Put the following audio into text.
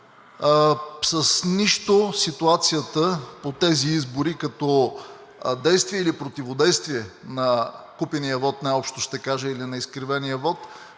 С нищо ситуацията по тези избори като действие или противодействие на купения вот, най-общо ще кажа, или на изкривения вот